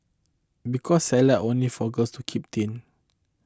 because Salad only for girls to keep thin